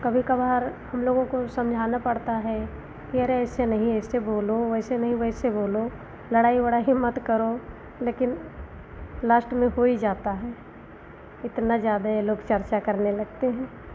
कभी कभार हम लोगों को समझाना पड़ता है कि अरे ऐसे नहीं ऐसे बोलो वैसे नहीं वैसे बोलो लड़ाई वड़ाई मत करो लेकिन लाश्ट में हो ही जाता है इतना ज़्यादा यह लोग चर्चा करने लगते हैं